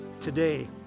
today